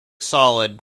solid